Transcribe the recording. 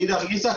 מאידך גיסא,